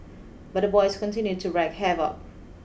but the boys continued to wreak havoc